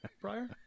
prior